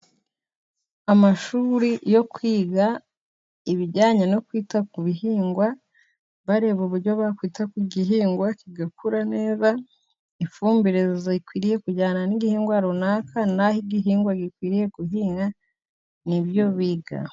Amashuri yo kwiga ibijyanye no kwita ku bihingwa, bareba uburyo bakwita ku gihingwa kigakura neza, ifumbire ikwiriye kujyana n'igihingwa runaka, n'aho igihingwa gikwiriye guhingwa ni byo biga.